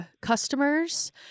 customers